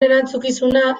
erantzukizuna